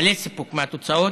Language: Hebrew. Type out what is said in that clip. מלא סיפוק מהתוצאות.